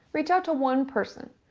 reach out to one person